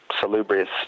salubrious